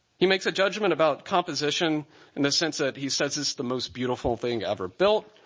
he makes a judgment about composition in the sense that he says it's the most beautiful thing ever built.